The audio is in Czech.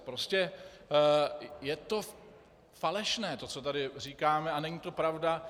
Prostě je to falešné, to, co tady říkáme, a není to pravda.